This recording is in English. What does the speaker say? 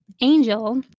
Angel